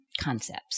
concepts